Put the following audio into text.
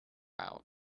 out